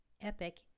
epic